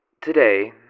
Today